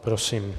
Prosím.